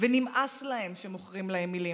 ונמאס להן שמוכרים להן מילים.